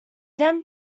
then